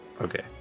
Okay